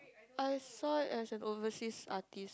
I saw it as an overseas artist